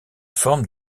forme